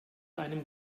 einem